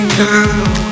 girl